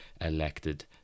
elected